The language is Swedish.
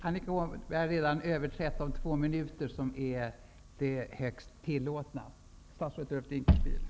Annika Åhnberg har redan överskridit de två minuter som är längsta tillåtna tid.